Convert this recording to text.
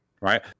right